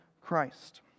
Christ